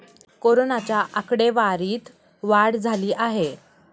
कोरोनाच्या आकडेवारीत वाढ झाली आहे